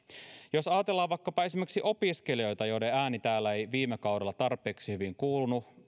jos ajatellaan vaikkapa esimerkiksi opiskelijoita joiden ääni täällä ei viime kaudella tarpeeksi hyvin kuulunut